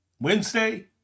wednesday